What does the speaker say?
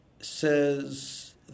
says